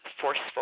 forceful